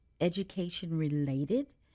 education-related